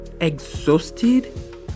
exhausted